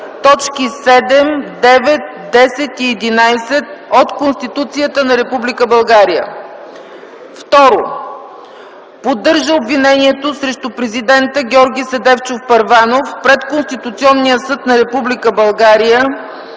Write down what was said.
точки 7, 9, 10 и 11 от Конституцията на Република България. 2. Поддържа обвинението срещу Президента Георги Седефчов Първанов пред Конституционния съд на